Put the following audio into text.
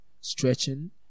stretching